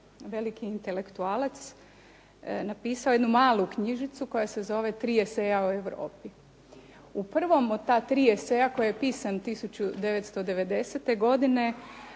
veliki intelektualac napisao jednu malu knjižicu koja se zove "Tri eseja o Europi". U prvom od ta tri eseja koji je pisan 1990. godine